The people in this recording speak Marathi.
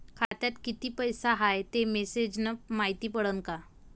खात्यात किती पैसा हाय ते मेसेज न मायती पडन का?